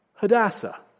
Hadassah